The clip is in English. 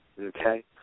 Okay